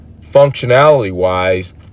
functionality-wise